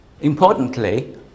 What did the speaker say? importantly